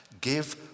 Give